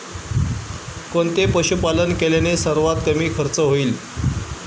कोणते पशुपालन केल्याने सर्वात कमी खर्च होईल?